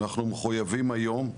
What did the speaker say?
אנחנו מחויבים היום.